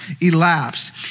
elapsed